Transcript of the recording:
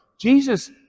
Jesus